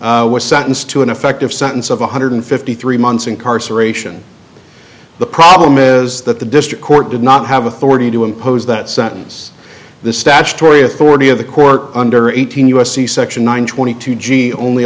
prady was sentenced to an effective sentence of one hundred fifty three months incarceration the problem is that the district court did not have authority to impose that sentence the statutory authority of the court under eighteen u s c section one twenty two g only